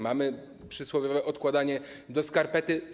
Mamy przysłowiowe odkładanie do skarpety.